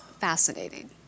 fascinating